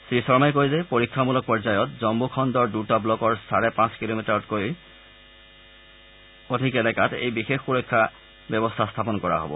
শ্ৰীশৰ্মাই কয় যে পৰীক্ষামূলক পৰ্যায়ত জন্মূ খণ্ডৰ দূটা ব্লকৰ চাৰে পাঁচ কিলোমিটাৰকৈ এলেকাত এই বিশেষ সুৰক্ষা ব্যৱস্থা স্থাপন কৰা হ'ব